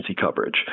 coverage